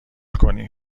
کنی